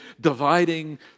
dividing